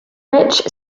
rich